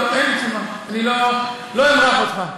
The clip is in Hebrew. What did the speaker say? אין לי תשובה, אני לא אמרח אותך.